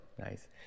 nice